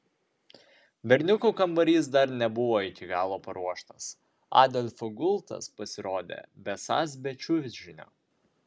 berniukų kambarys dar nebuvo iki galo paruoštas adolfo gultas pasirodė besąs be čiužinio